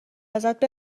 ازت